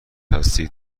هستید